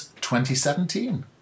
2017